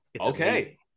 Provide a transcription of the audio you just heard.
Okay